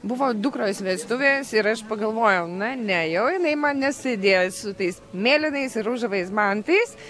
buvo dukros vestuvės ir aš pagalvojau na ne jau jinai man nesėdės su tais mėlynais ir ružavais bantais